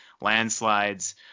landslides